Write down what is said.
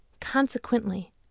consequently